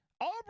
auburn